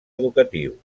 educatiu